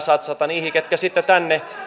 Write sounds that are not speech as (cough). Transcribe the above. (unintelligible) satsata niihin jotka tänne